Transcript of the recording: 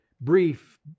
brief